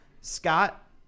Scott